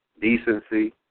decency